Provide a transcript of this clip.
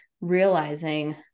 realizing